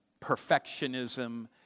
perfectionism